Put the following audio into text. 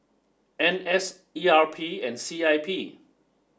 N S E R P and C I P